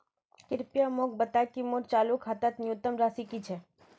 कृपया मोक बता कि मोर चालू खातार न्यूनतम राशि की छे